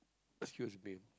excuse me